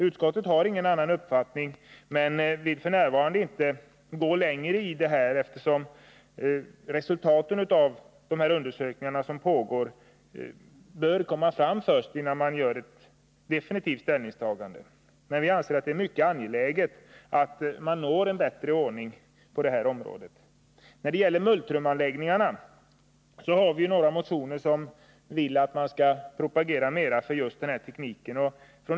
Utskottet har ingen annan uppfattning men vill f. n. inte gå längre än vad vi gjort, eftersom man vill avvakta resultaten av de undersökningar som pågår innan man gör ett definitivt ställningstagande. Vi anser emellertid att det är mycket angeläget att man når en bättre ordning på det här området. I några motioner yrkas att det skall propageras mera för multrumtekniken.